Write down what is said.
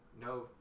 No